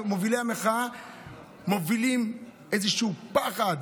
מובילי המחאה מובילים איזשהו פחד,